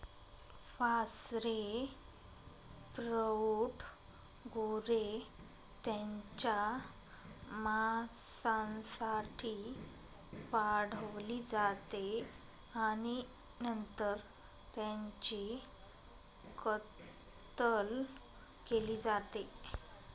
वासरे प्रौढ गुरे त्यांच्या मांसासाठी वाढवली जाते आणि नंतर त्यांची कत्तल केली जाते